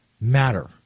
matter